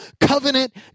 covenant